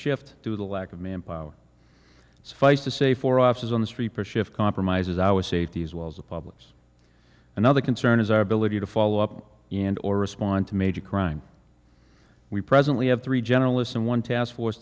shift to the lack of manpower face to say four officers on the street per shift compromises our safety as well as the problems another concern is our ability to follow up and or respond to major crime we presently have three generalists and one task force